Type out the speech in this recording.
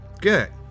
Good